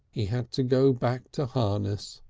he had to go back to harness,